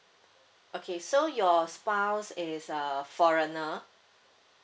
okay so your spouse is a foreigner